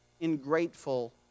ungrateful